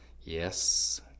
Yes